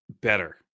better